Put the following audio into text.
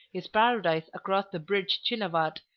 his paradise across the bridge chinevat,